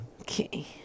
Okay